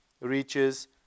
reaches